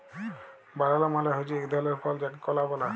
বালালা মালে হছে ইক ধরলের ফল যাকে কলা ব্যলে